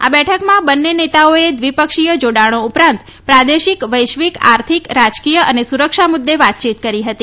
આ બેઠકમાં બંને નેતાઓએ દ્વિપક્ષીય જાડાણો ઉપરાંત પ્રાદેશિક વૈશ્વિક આર્થિક રાજકીય અને સુરક્ષા મુદ્દે વાતચીત કરી હતી